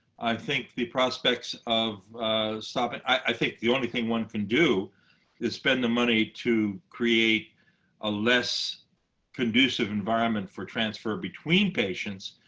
i think the prospects of stopping i think the only thing one can do is spend the money to create a less conducive environment for transfer between patients.